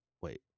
Wait